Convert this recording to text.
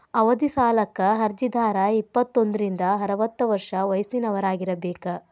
ಅವಧಿ ಸಾಲಕ್ಕ ಅರ್ಜಿದಾರ ಇಪ್ಪತ್ತೋಂದ್ರಿಂದ ಅರವತ್ತ ವರ್ಷ ವಯಸ್ಸಿನವರಾಗಿರಬೇಕ